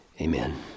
Amen